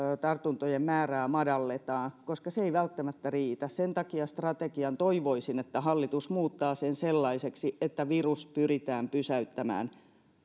tartuntojen määrää madalletaan koska se ei välttämättä riitä sen takia toivoisin että hallitus muuttaa strategian sellaiseksi että virus pyritään pysäyttämään